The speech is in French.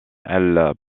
elle